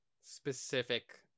specific